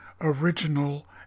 original